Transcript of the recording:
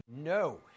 No